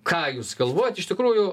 ką jūs galvojat iš tikrųjų